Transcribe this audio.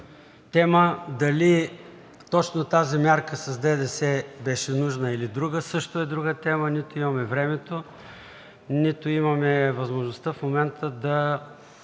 тема. Дали точно тази мярка с ДДС беше нужна, или друга – също е друга тема. Нито имаме времето, нито имаме възможността в момента да